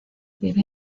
vive